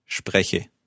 spreche